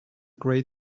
great